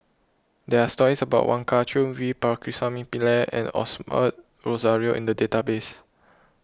there are stories about Wong Kah Chun V Pakirisamy Pillai and Osbert Rozario in the database